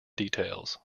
details